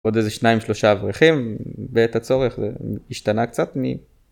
עוד איזה שניים שלושה אברכים, ואת הצורך השתנה קצת, אני...